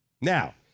Now